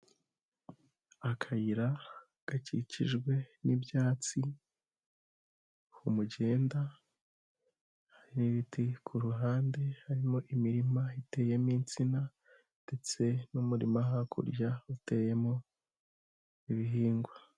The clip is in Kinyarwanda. Akayira gakikijwe n'ibyatsi umugenda n'ibiti ku ruhande, harimo imirima iteyemo insina ndetse n'umurima hakurya uteyemo ibihingwa.